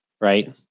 right